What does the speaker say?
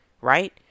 Right